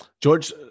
George